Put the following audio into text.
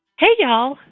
hey, y'all.